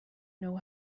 know